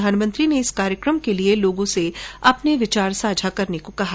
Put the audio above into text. प्रधानमंत्री ने इस कार्यकम के लिए लोगों से अपने विचार साझा करने को कहा है